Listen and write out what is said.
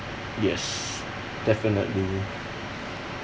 yes definitely